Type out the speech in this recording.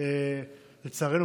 לצערנו,